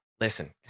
listen